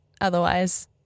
otherwise